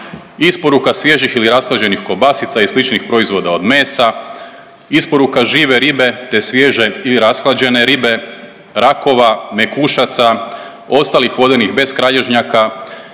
isporuka svježih ili rashlađenih kobasica i sličnih proizvoda od mesa, isporuka žive ribe, te svježe ili rashlađene ribe, rakova, mekušaca, ostalih vodenih beskralježnjaka,